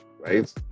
right